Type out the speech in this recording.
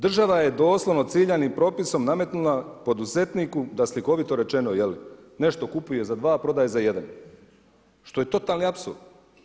Država je doslovno ciljanim propisom nametnula poduzetniku da slikovito rečeno nešto kupuje za dva prodaje za jedan, što je totalni apsurd.